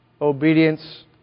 Obedience